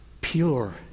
pure